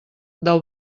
del